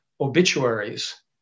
obituaries